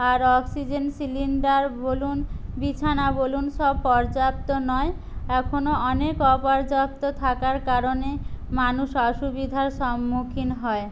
আর oxygen cylinder বলুন বিছানা বলুন সব পর্যাপ্ত নয় এখনো অনেক অপর্যাপ্ত থাকার কারণে মানুষ অসুবিধার সম্মুখীন হয়